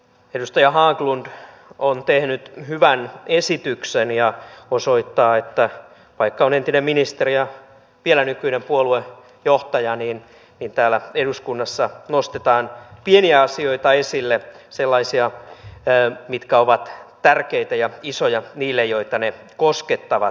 edustaja haglund on tehnyt hyvän esityksen ja osoittaa että vaikka on entinen ministeri ja vielä nykyinen puoluejohtaja niin täällä eduskunnassa nostetaan esille pieniä asioita sellaisia mitkä ovat tärkeitä ja isoja heille joita ne koskettavat